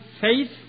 faith